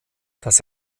das